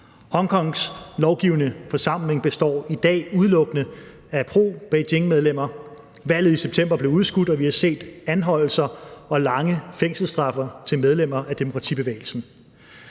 Hongkongs lovgivende forsamling består i dag udelukkende af pro-Beijing-medlemmer. Valget i september blev udskudt, og vi har set anholdelser og lange fængselsstraffe til medlemmer af demokratibevægelsen.